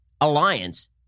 alliance